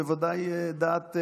-- והיום דעתו היא בוודאי דעת,